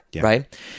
Right